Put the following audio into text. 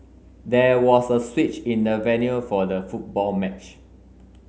there was a switch in the venue for the football match